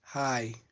hi